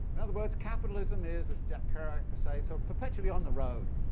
in other words, capitalism is, as jack kerouac would say, so perpetually on the road